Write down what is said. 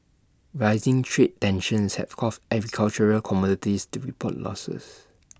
rising trade tensions have caused agricultural commodities to report losses